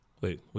Wait